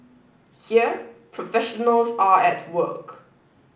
here professionals are at work